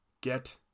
get